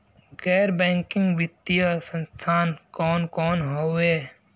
गैर बैकिंग वित्तीय संस्थान कौन कौन हउवे?